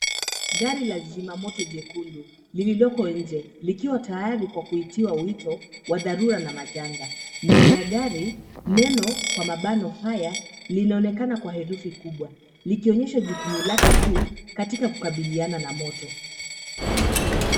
Gari la zimamoto jekundu lililoko nje, likiwa tayari kwa kuitiwa wito wa dharura na majanga. Mbele ya gari, neno kwa mabano fire , linaonekana kwa herufi kubwa, likionyesha jukumu lake kuu katika kukabiliana na moto.